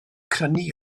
crynu